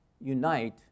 unite